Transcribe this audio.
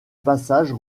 passages